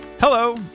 Hello